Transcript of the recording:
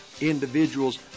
individuals